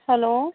hello